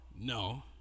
no